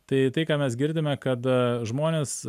tai tai ką mes girdime kad žmonės